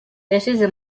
yashyize